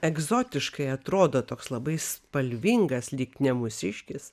egzotiškai atrodo toks labai spalvingas lyg ne mūsiškis